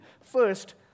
First